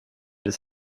des